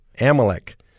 Amalek